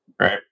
right